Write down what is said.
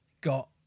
got